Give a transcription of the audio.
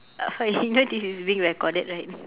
uh you know this is being recorded right